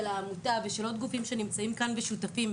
העמותה ושל עוד גופים שנמצאים כאן ושותפים,